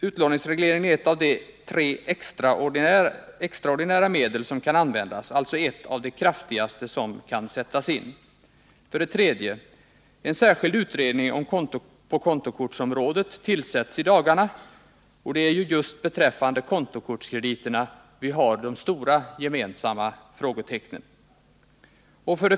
Utlåningsränteregleringen är ett av de tre s.k. extraordinära medel som kan användas, alltså ett av de kraftigaste som kan sättas in. 3. En särskild utredning på kontokortsområdet tillsätts i dagarna — det är ju beträffande kontokortskrediterna vi har de stora frågetecknen. 4.